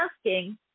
asking